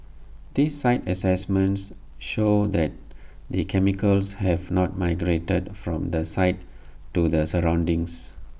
these site assessments show that the chemicals have not migrated from the site to the surroundings